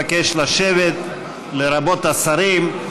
לשבת, לרבות השרים.